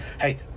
Hey